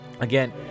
Again